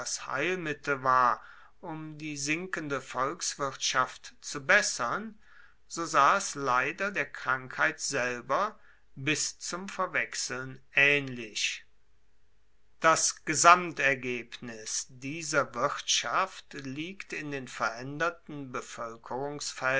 heilmittel war um die sinkende volkswirtschaft zu bessern so sah es leider der krankheit selber bis zum verwechseln aehnlich das